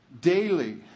daily